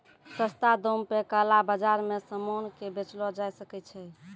सस्ता दाम पे काला बाजार मे सामान के बेचलो जाय सकै छै